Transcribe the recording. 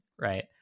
right